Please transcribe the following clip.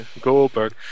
Goldberg